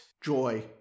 joy